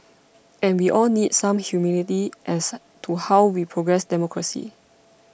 and we all need some humility as to how we progress democracy